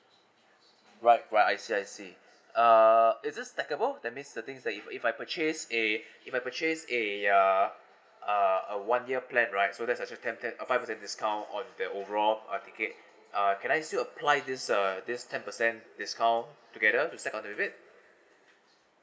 right right I see I see uh is it stackable that means the things is if if I purchase a if I purchase a uh uh a one year plan right so there's actually ten ten uh five percent discount on the overall uh ticket uh can I still apply this uh this ten percent discount together to set on the limit